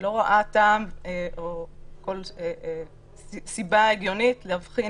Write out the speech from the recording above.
לא רואה טעם או סיבה הגיונית להבחין